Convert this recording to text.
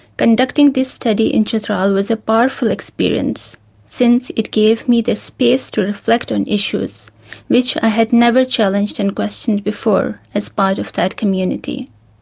conducting this study in chitral was a powerful experience since it gave me the space to reflect on issues which i had never challenged and questioned before as part of that community.